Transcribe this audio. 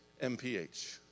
MPH